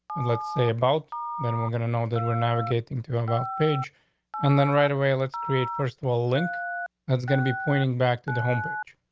and let's say about then we're gonna know that we're navigating to about page and then right away let's create first of all, link that's gonna be pointing back to the home page.